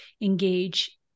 engage